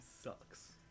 sucks